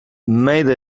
made